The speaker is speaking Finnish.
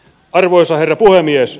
arvoisa herra puhemies